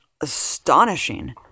astonishing